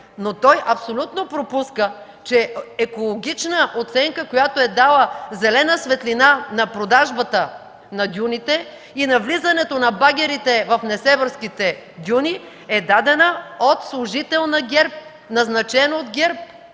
Но той абсолютно пропуска, че екологична оценка, която е дала зелена светлина на продажбата на дюните и на влизането на багерите в несебърските дюни, е дадена от служител, назначен от ГЕРБ